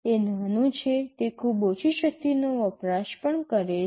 તે નાનું છે તે ખૂબ ઓછી શક્તિનો વપરાશ પણ કરે છે